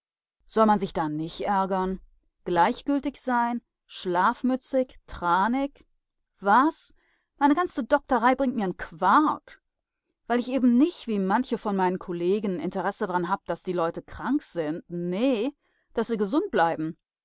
soll man sich da nich ärgern gleichgültig sein schlafmützig tranig was meine ganze dokterei bringt mir n'quark weil ich eben nich wie manche von meinen kollegen n interesse dran hab daß die leute krank sind nee daß sie gesund bleiben